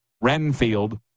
Renfield